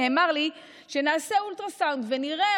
נאמר לי: נעשה אולטרסאונד ונראה,